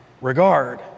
regard